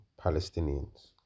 Palestinians